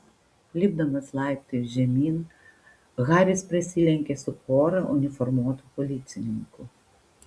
lipdamas laiptais žemyn haris prasilenkė su pora uniformuotų policininkų